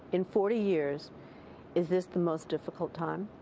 in forty years is this the most difficult time?